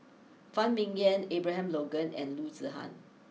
Phan Ming Yen Abraham Logan and Loo Zihan